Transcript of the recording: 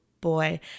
boy